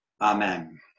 Amen